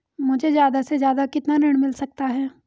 मुझे ज्यादा से ज्यादा कितना ऋण मिल सकता है?